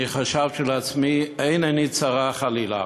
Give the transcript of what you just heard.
אני חשבתי לעצמי, אין עיני צרה, חלילה.